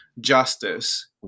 justice